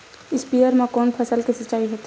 स्पीयर म कोन फसल के सिंचाई होथे?